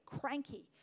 cranky